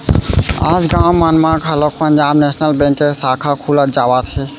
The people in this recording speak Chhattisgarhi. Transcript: आज गाँव मन म घलोक पंजाब नेसनल बेंक के साखा खुलत जावत हे